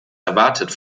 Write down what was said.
erwartet